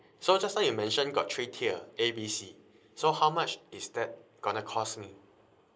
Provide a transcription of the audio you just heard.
so just now you mentioned got three tier A B C so how much is that gonna cost me